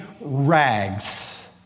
rags